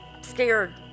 scared